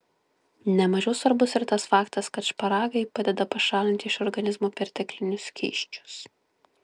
ne mažiau svarbus ir tas faktas kad šparagai padeda pašalinti iš organizmo perteklinius skysčius